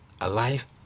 alive